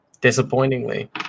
Disappointingly